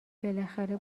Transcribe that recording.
بالاخره